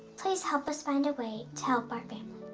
please help us find a way to help our family.